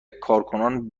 کارکنان